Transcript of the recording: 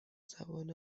زبان